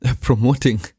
promoting